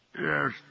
Yes